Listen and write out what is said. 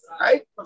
right